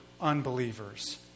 unbelievers